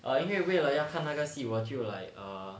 err 因为为了要看那个戏我就 err